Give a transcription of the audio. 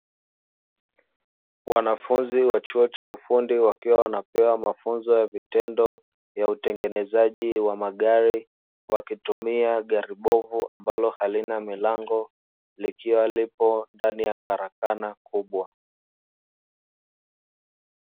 Wanafunzi wa chuo cha ufundi wakiwa wanapewa mafunzo ya vitendo ya utengenezaji wa magari, wakitumia gari bovu ambalo halina milango likiwa lipo ndani ya karakana kubwa.